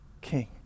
king